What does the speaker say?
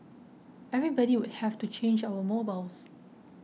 everybody would have to change our mobiles